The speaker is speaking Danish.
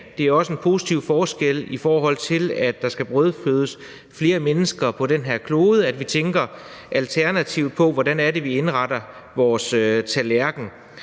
det gør også en positiv forskel, i forhold til at der skal brødfødes flere mennesker på den her klode, at vi tænker alternativt på, hvordan det er, vi indretter vores tallerken.